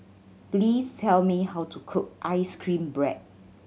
please tell me how to cook ice cream bread